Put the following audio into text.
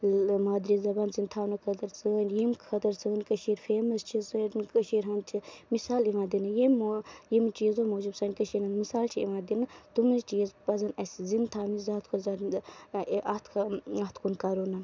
مادری زَبان زِندٕ تھاونہٕ خٲطرٕ سٲنۍ یِم خٲطرٕ سٲنۍ کٔشیٖر فیمَس چھِ سٲنۍ یہِ کٔشیٖر ہِندۍ چھِ مِسال یِوان دِنہٕ ییٚمہِ مۄ ییٚمہِ چیٖزو موٗجوٗب سٲنۍ یہِ کٔشیٖر مِثال چھِ یِوان دِنہٕ تِمنے چیٖز پَزن اَسہِ زِندٕ تھانٕچ زیادٕ کھۄتہٕ زیادٕ اَتھ کُن اَتھ کُن کَرُن